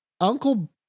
Uncle